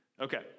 okay